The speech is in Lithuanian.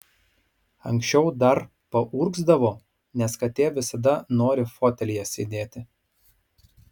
anksčiau dar paurgzdavo nes katė visada nori fotelyje sėdėti